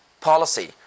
policy